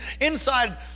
inside